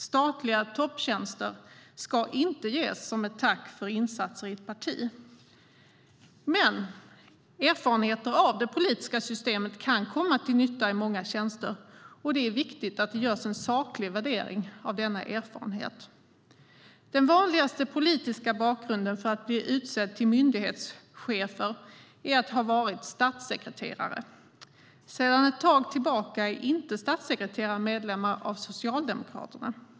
Statliga topptjänster ska inte ges som ett tack för insatser i ett parti. Men erfarenheter av det politiska systemet kan komma till nytta på många tjänster. Det är viktigt att det görs en saklig värdering av denna erfarenhet. Den vanligaste politiska bakgrunden för att bli utsedd till myndighetschef är att ha varit statssekreterare. Sedan en tid tillbaka är statssekreterare inte medlemmar av Socialdemokraterna.